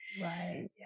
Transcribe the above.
Right